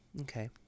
Okay